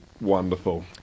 wonderful